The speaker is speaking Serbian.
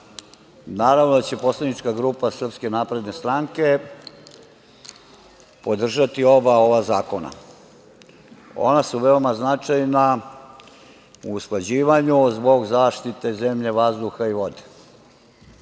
naravno da će poslanička grupa SNS podržati oba ova zakona. Ona su veoma značajna u usklađivanju zbog zaštite zemlje, vazduha i vode.